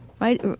Right